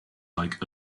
like